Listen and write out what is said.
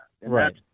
Right